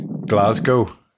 Glasgow